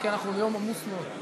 כי אנחנו ביום עמוס מאוד.